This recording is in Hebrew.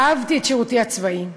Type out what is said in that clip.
אהבתי את שירותי הצבאי,